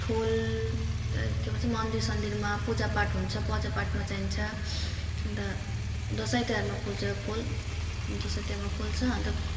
फुल के भन्छ मन्दिर सन्दिरमा पूजापाठ हुन्छ पूजापाठमा चाहिन्छ अनि त दसैँ तिहारमा फुल्छ फुल दसैँ तिहारमा फुल्छ अनि त